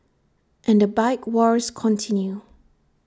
and the bike wars continue